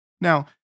Now